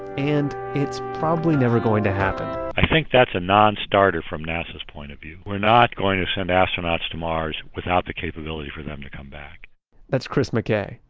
and it's probably never going to happen i think that's a non-starter from nasa's point of view. we're not going to send astronauts to mars without the capability for them to come back that's chris mckay.